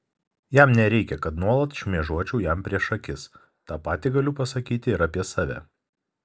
jam nereikia kad nuolat šmėžuočiau jam prieš akis tą patį galiu pasakyti ir apie save